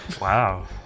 Wow